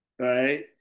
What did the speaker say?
right